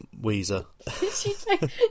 Weezer